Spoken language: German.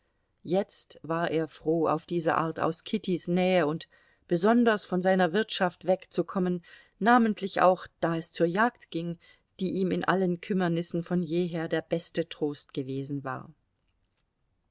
jetzt war er froh auf diese art aus kittys nähe und besonders von seiner wirtschaft wegzukommen namentlich auch da es zur jagd ging die ihm in allen kümmernissen von jeher der beste trost gewesen war